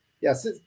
Yes